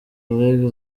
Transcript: league